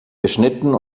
geschnitten